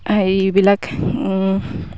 এইবিলাক